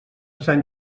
sant